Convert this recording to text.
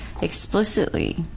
explicitly